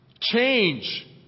Change